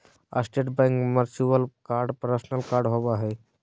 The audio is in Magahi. state bank virtual card personal card होबो हइ